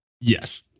Yes